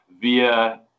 via